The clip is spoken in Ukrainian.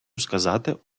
сказати